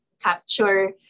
capture